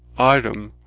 item,